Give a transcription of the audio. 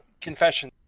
confession